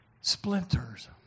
Splinters